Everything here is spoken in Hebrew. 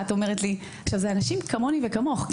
זה אנשים כמוני וכמוך.